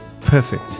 perfect